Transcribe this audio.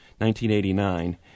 1989